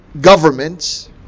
governments